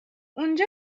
اونجا